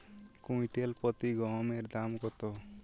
Quintal প্রতি গমের দাম কত?